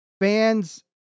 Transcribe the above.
fans